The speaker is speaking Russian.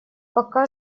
пока